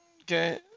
Okay